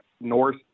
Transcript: north